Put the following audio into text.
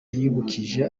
yibukije